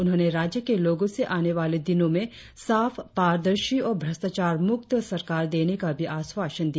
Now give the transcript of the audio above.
उन्होंने राज्य के लोगों से आने वाले दिनों में साफ पारदर्शी और न्रष्टाचार मुक्त सरकार देने का भी आश्वासन दिया